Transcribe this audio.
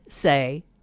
say